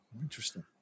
Interesting